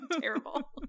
terrible